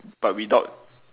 but without